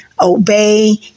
obey